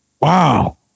Wow